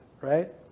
right